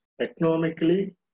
economically